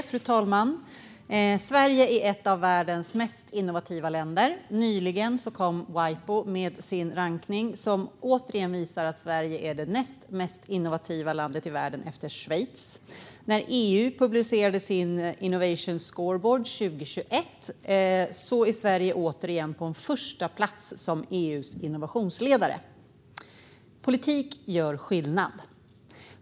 Fru talman! Sverige är ett av världens mest innovativa länder. Nyligen kom Wipo med sin rankning som återigen visar att Sverige är det näst mest innovativa landet i världen, efter Schweiz. När EU publicerade sin Innovation Scoreboard 2021 låg Sverige återigen på en förstaplats som EU:s innovationsledare. Politik gör skillnad.